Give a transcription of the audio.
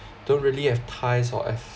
don't really have ties or ef~